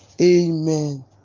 amen